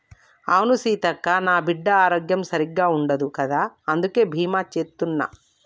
అవును సీతక్క, నా బిడ్డ ఆరోగ్యం సరిగ్గా ఉండదు కదా అందుకే బీమా సేత్తున్న